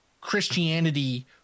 Christianity